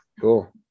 Cool